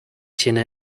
tine